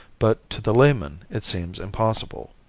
but to the layman it seems impossible.